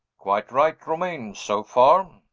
quite right, romayne so far.